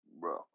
Bro